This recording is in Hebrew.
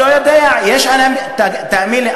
הוא לא יודע; תאמין לי.